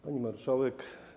Pani Marszałek!